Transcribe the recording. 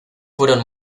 fueron